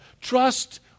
trust